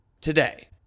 Today